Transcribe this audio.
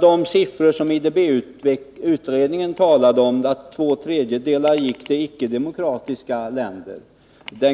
De siffror som IDB-utredningen tog fram, dvs. att två tredjedelar av utlåningen gick till icke demokratiska länder,